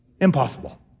Impossible